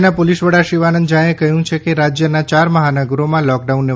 રાજ્યના પોલીસ વડા શિવાનંદ ઝા એ કહયું છે કે રાજ્યના ચાર મહાનગરોમાં લોકડાઉનને